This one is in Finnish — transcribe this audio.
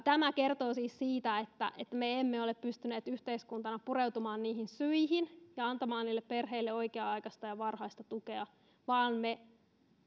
tämä kertoo siis siitä että me emme ole pystyneet yhteiskuntana pureutumaan niihin syihin ja antamaan perheille oikea aikaista ja varhaista tukea vaan me